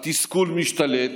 התסכול משתלט,